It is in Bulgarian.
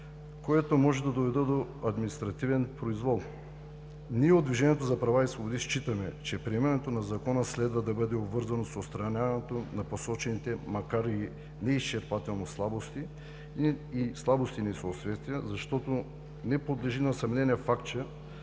което може да доведе до административен произвол. Ние от Движението за права и свободи считаме, че приемането на Закона следва да бъде обвързано с отстраняването на посочените, макар и неизчерпателно, слабости и несъответствия, защото не подлежи на съмнение фактът, че